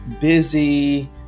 busy